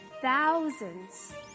Thousands